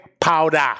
powder